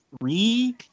three